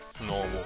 normal